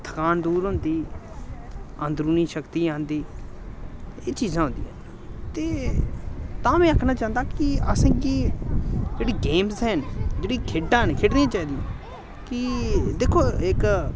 थकान दूर होंदी अंदरूनी शक्ति औंदी एह् चीजां होंदियां ते तां में आखना चांह्दा कि असें गी जेह्ड़ी गेम्स हैन जेह्ड़ी खेढां न खेढनियां चाहि दियां कि दिक्खो इक